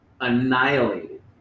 annihilated